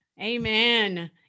Amen